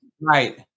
Right